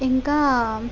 ఇంకా